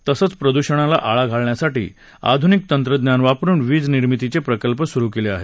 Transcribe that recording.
तसंच प्रदृषणाला आळा घालण्यासाठी आधुनिक तंत्रज्ञान वापरून वीज निर्मितीचे प्रकल्प सुरू केले आहेत